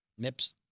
Mips